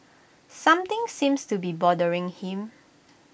something seems to be bothering him